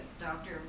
doctor